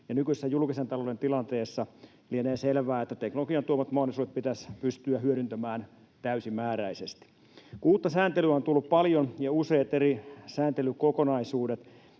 Nykyisessä julkisen talouden tilanteessa lienee selvää, että teknologian tuomat mahdollisuudet pitäisi pystyä hyödyntämään täysimääräisesti. Uutta sääntelyä on tullut paljon, ja useat eri sääntelykokonaisuudet